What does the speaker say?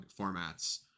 formats